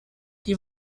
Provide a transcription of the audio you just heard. die